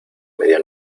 media